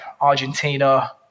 Argentina